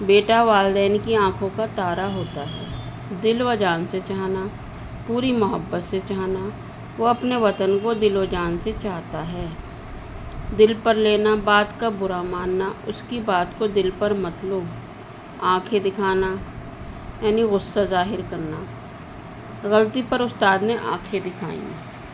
بیٹا والدین کی آنکھوں کا تارہ ہوتا ہے دل وجان سے چہانا پوری محبت سے چانا وہ اپنے وطن کو دل وجان سے چاہتا ہے دل پر لینا بات کا برا ماننا اس کی بات کو دل پر مطلو آنکھیں دکھانا یعنی وصہ ظاہر کرنا غلطی پر استاد نے آنکھیں دکھائیں